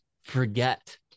forget